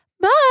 Bye